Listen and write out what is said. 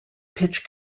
pitch